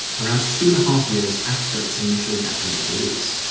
around two and a half years after its initial japanese release,